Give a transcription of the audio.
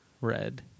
Red